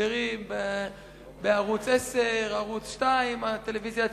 משברים בערוץ-10, ערוץ-2, הטלוויזיה הציבורית,